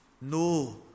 no